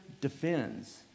defends